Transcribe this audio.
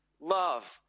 love